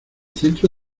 centro